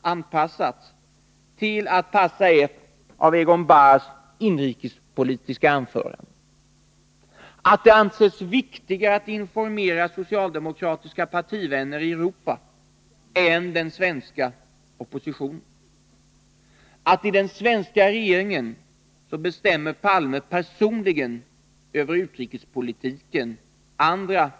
anpassats till att passa ett av Egon Bahrs anföranden i västtyska förbundsdagen. Att det ansetts viktigare att informera socialdemokratiska partivänner i Europa än den svenska oppositionen. Att i den svenska regeringen bestämmer Olof Palme personligen över utrikespolitiken.